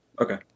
Okay